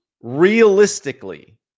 realistically